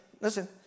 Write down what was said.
listen